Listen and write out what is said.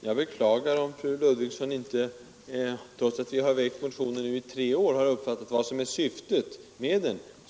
Herr talman! Jag beklagar om fru Ludvigsson, trots att vi har väckt motionen i tre år nu, inte har uppfattat vad som är syftet med den.